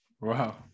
Wow